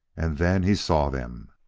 and then he saw them.